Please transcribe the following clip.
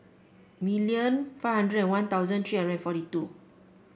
million five hundred and One Thousand three hundred forty two